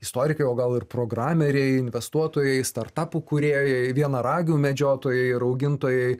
istorikai o gal ir programeriai investuotojai startapų kūrėjai vienaragių medžiotojai ir augintojai